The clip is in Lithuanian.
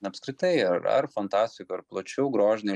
apskritai ar ar fantastikoj ar plačiau grožinėj